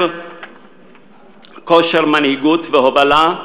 כושר מנהיגות והובלה,